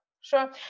Sure